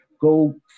go